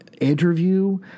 interview